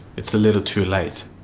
it's a little too late.